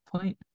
point